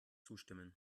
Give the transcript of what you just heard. zustimmen